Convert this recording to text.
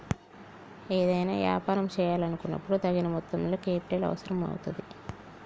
ఏదైనా యాపారం చేయాలనుకున్నపుడు తగిన మొత్తంలో కేపిటల్ అవసరం అవుతుంది